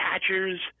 catchers